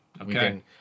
Okay